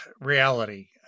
reality